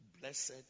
Blessed